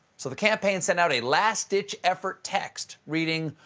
so the campaign sent out a last-ditch-effort text reading,